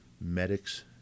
medics